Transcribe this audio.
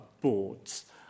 boards